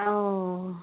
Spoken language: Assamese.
অ